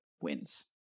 wins